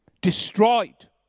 destroyed